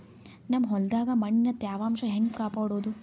ನಮ್ ಹೊಲದಾಗ ಮಣ್ಣಿನ ತ್ಯಾವಾಂಶ ಹೆಂಗ ಕಾಪಾಡೋದು?